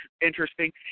interesting